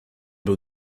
był